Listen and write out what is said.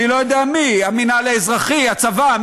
אני לא יודע מי המינהל האזרחי, הצבא.